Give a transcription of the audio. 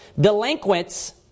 Delinquents